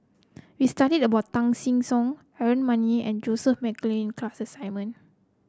we studied about Tan Che Sang Aaron Maniam and Joseph McNally in class assignment